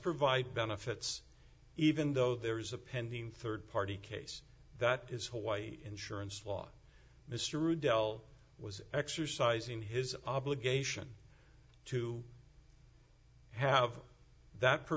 provide benefits even though there is a pending rd party case that is hawaii insurance law mr adel was exercising his obligation to have that